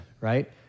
Right